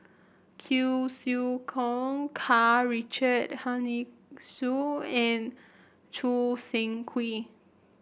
cure Siew Choh Karl Richard Hanitsch and Choo Seng Quee